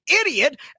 idiot